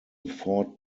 fort